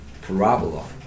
parabola